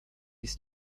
ist